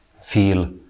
feel